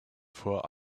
for